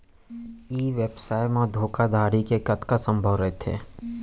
ई व्यवसाय म धोका धड़ी के कतका संभावना रहिथे?